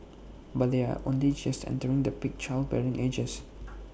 but they are only just entering the peak childbearing ages